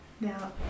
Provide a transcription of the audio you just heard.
Now